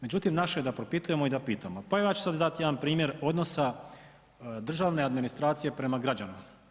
Međutim, naše je da propitujemo i da pitamo, pa ja ću sad dati jedan primjer odnosa državne administracije prema građanima.